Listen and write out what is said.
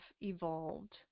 evolved